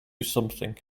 something